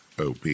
OP